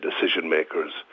decision-makers